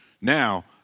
now